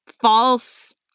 false